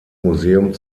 museum